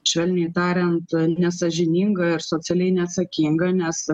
švelniai tariant nesąžininga ir socialiai neatsakinga nes